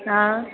हा